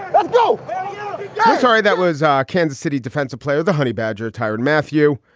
let's go sorry. that was our kansas city defensive player, the honey badger. tired, matthew.